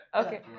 Okay